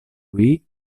louis